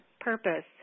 purpose